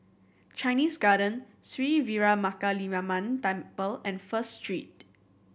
Chinese Garden Sri Veeramakaliamman Temple and First Street